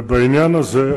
ובעניין הזה,